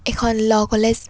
এখন law college